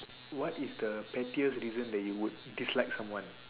what is the pettiest reason that you would dislike someone